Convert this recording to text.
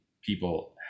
people